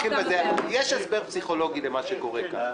אני אתחיל בזה: יש הסבר פסיכולוגי למה שקורה כאן.